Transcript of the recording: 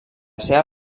seva